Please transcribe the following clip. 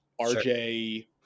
RJ